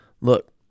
Look